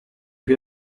più